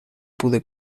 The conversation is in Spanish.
pude